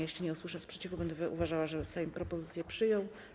Jeśli nie usłyszę sprzeciwu, będę uważała, że Sejm propozycję przyjął.